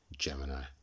Gemini